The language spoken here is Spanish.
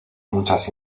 muchas